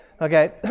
Okay